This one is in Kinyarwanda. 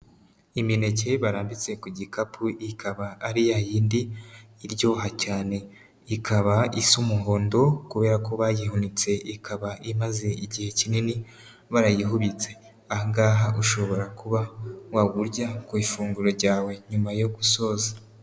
Imineke barambitse ku gikapu ikaba ari ya yindi iryoha cyane, ikaba isa umuhondo kubera ko bayihunitse ikaba imaze igihe kinini barayihubitse, aha ngaha ushobora kuba wawurya ku ifunguro ryawe nyuma yo gusoza.